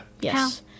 Yes